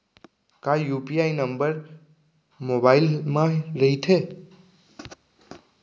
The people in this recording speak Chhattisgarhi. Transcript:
का यू.पी.आई नंबर मोबाइल म रहिथे?